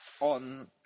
on